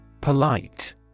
Polite